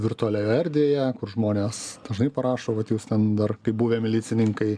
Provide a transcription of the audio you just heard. virtualioje erdvėje kur žmonės dažnai parašo vat jūs ten dar kaip buvę milicininkai